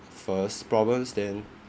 first problems then